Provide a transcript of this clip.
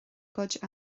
gcuid